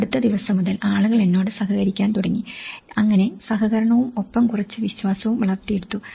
അടുത്തദിവസം മുതൽ ആളുകൾ എന്നോട് സഹകരിക്കാൻ തുടങ്ങി അങ്ങനെ സഹകരണവും ഒപ്പം കുറച്ച് വിശ്വാസവും വളർത്തിയെടുത്തു